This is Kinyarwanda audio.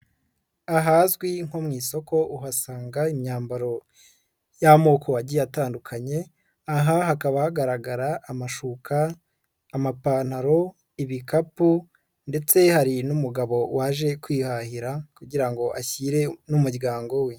Ahazwi nko mu isoko uhasanga imyambaro y'amoko agiye atandukanye, aha hakaba hagaragara amashuka, amapantaro, ibikapu ndetse hari n'umugabo waje kwihahira kugira ngo ashyire n'umuryango we.